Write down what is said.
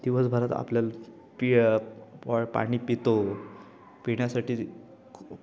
दिवसभरात आपल्याला पिया पाणी पितो पिण्यासाठी